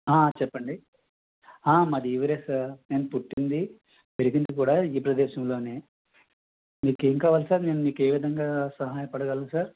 చెప్పండి ఆ మాది ఈ ఊరే సార్ నేను పుట్టింది పెరిగింది కూడా ఈ ప్రదేశంలోనే మీకేంకావాలి సార్ నేను మీకు ఏవిధంగా సహాయపడగలను సార్